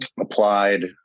Applied